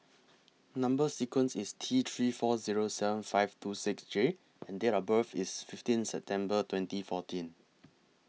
Number sequence IS T three four Zero seven five two six J and Date of birth IS fifteen September twenty fourteen